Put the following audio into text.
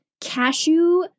cashew